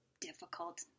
difficult